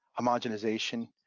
homogenization